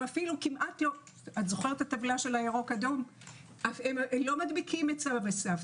הם לא מדביקים את סבא וסבתא.